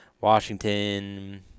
Washington